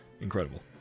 Incredible